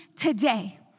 today